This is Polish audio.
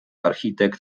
architekt